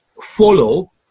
follow